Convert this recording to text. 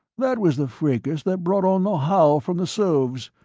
that was the fracas that brought on the howl from the sovs.